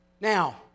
Now